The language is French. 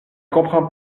comprends